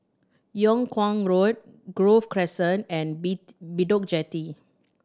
Yung Kuang Road Grove Crescent and Bedok Jetty